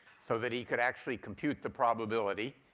so that he could actually compute the probability.